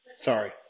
sorry